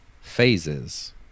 phases